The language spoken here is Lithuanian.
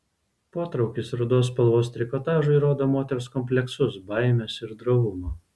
potraukis rudos spalvos trikotažui rodo moters kompleksus baimes ir drovumą